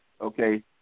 okay